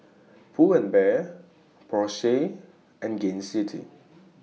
Pull and Bear Porsche and Gain City